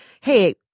hey